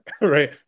right